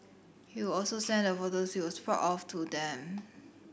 he would also send the photos he was proud of to them